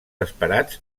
esperats